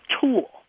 tool